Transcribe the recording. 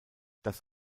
das